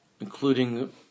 including